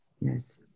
yes